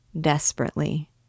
Desperately